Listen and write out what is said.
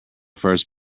first